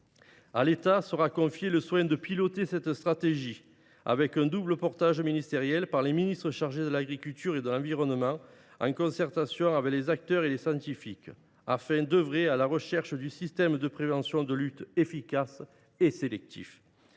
À l’État sera confié le soin de piloter cette stratégie, avec un double engagement par les ministres chargés de l’agriculture et de l’environnement, en concertation avec les acteurs et les scientifiques, afin d’œuvrer à la recherche de systèmes de prévention et de lutte efficaces et sélectifs.